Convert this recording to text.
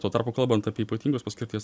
tuo tarpu kalbant apie ypatingos paskirties